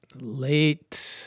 late